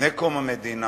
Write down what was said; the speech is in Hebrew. לפני קום המדינה